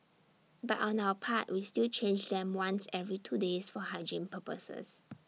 but on our part we still change them once every two days for hygiene purposes